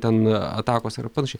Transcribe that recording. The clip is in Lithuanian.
ten atakos ir panašiai